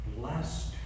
blessed